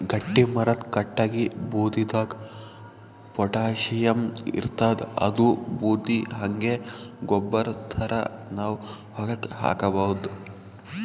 ಗಟ್ಟಿಮರದ್ ಕಟ್ಟಗಿ ಬೂದಿದಾಗ್ ಪೊಟ್ಯಾಷಿಯಂ ಇರ್ತಾದ್ ಅದೂ ಬೂದಿ ಹಂಗೆ ಗೊಬ್ಬರ್ ಥರಾ ನಾವ್ ಹೊಲಕ್ಕ್ ಹಾಕಬಹುದ್